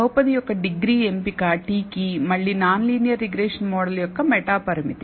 బహుపది యొక్క డిగ్రీ ఎంపిక t కి మళ్ళీ నాన్ లీనియర్ రిగ్రెషన్ మోడల్ యొక్క మెటా పరామితి